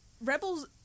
Rebels